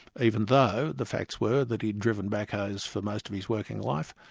even though the facts were that he'd driven backhoes for most of his working life.